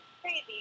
crazy